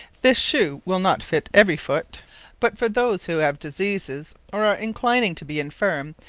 this shooe will not fit every foote but for those, who have diseases, or are inclining to be infirme,